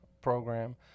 program